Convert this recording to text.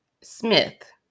Smith